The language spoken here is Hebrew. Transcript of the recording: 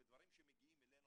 ודברים שמגיעים אלינו,